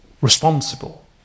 responsible